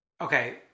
okay